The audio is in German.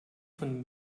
von